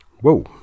Whoa